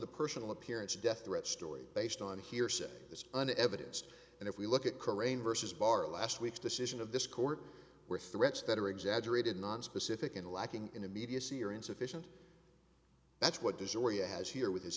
the personal appearance death threat story based on hearsay this is an evidence and if we look at corail versus bar last week's decision of this court were threats that are exaggerated nonspecific and lacking in immediacy or insufficient that's what this area has here with his